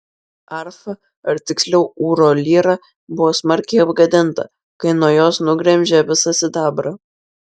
arfa ar tiksliau ūro lyra buvo smarkiai apgadinta kai nuo jos nugremžė visą sidabrą